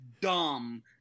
dumb